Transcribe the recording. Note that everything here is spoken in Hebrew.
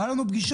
היו לנו פגישות,